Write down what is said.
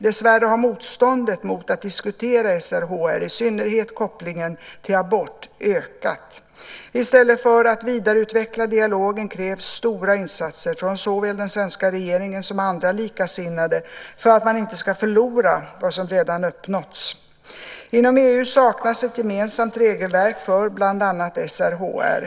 Dessvärre har motståndet mot att diskutera SRHR, i synnerhet kopplingen till abort, ökat. I stället för att vidareutveckla dialogen krävs stora insatser från såväl den svenska regeringen som andra likasinnade för att man inte ska förlora vad som redan uppnåtts. Inom EU saknas ett gemensamt regelverk för bland annat SRHR.